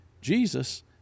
Jesus